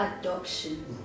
adoption